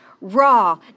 raw